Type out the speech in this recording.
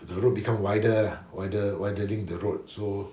the road become wider lah wider widening the road so